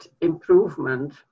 improvement